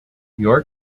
your